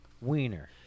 Wiener